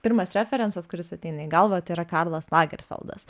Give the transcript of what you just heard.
pirmas referencas kuris ateina į galvą tai yra karlas lagerfeldas